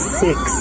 six